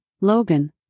Logan